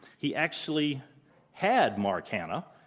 he actually had mark hanna.